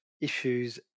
issues